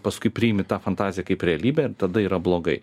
paskui priimi tą fantaziją kaip realybę ir tada yra blogai